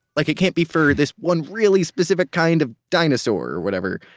like it can't be for this one really specific kind of dinosaur or whatever.